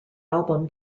album